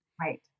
Right